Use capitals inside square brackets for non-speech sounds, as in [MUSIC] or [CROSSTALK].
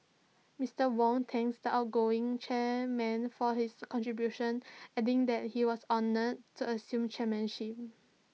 Mister Wong thanked the outgoing chairman for his contributions adding that he was honoured to assume chairmanship [HESITATION]